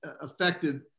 affected